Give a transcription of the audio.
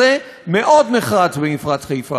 מאוד נחרץ במפרץ חיפה, היום,